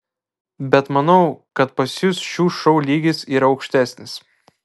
bet manau kad pas jus šių šou lygis yra aukštesnis